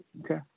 Okay